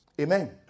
Amen